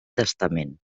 testament